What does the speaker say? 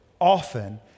often